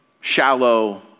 shallow